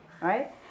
right